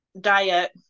diet